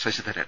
Sasidharan